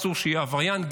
אסור שיהיה עבריין,